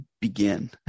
begin